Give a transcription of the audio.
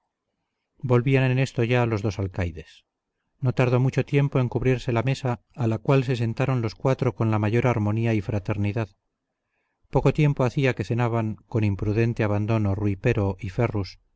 volvían en esto ya los dos alcaides no tardó mucho tiempo en cubrirse la mesa a la cual se sentaron los cuatro con la mayor armonía y fraternidad poco tiempo hacía que cenaban con imprudente abandono rui pero y ferrus